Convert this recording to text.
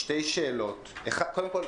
שתי שאלות קודם כל,